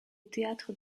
théâtre